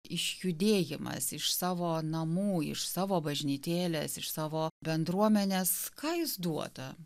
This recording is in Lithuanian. išjudėjimas iš savo namų iš savo bažnytėlės iš savo bendruomenės ką jis duoda